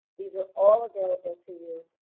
these are all available to you,